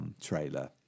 trailer